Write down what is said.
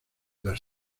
las